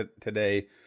today